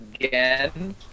again